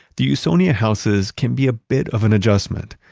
the usonia houses can be a bit of an adjustment.